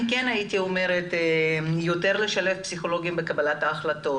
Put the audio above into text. כן הייתי אומרת יותר לשלב פסיכולוגים בקבלת ההחלטות,